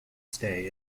stay